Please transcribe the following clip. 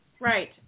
Right